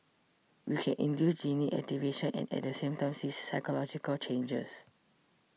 we can induce gene activation and at the same time see physiological changes